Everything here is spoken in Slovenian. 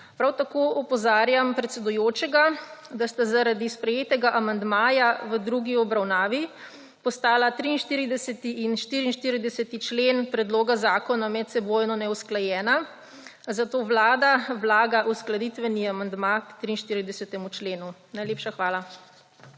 Prav tako opozarjam predsedujočega, da sta zaradi sprejetega amandmaja v drugi obravnavi postala 43. in 44. člen predloga zakona medsebojno neusklajena. Zato vlada vlaga uskladitveni amandma k 43. členu. Najlepša hvala.